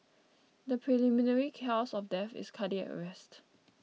the preliminary cause of death is cardiac arrest